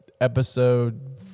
episode